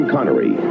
Connery